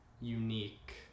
unique